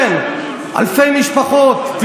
כן, אלפי משפחות.